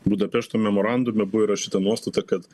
budapešto memorandume buvo įrašyta nuostata kad